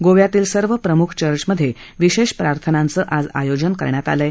गोव्यातील सर्व प्रमुख चर्चमधे विशेष प्रार्थनांचं आयोजन करण्यात आलं आहे